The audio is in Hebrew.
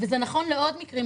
וזה נכון לעוד מקרים,